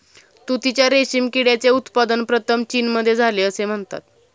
तुतीच्या रेशीम किड्याचे उत्पादन प्रथम चीनमध्ये झाले असे म्हणतात